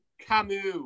Camus